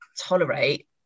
tolerate